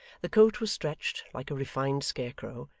the coat was stretched, like a refined scarecrow,